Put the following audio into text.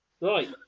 Right